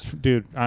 dude